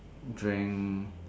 drank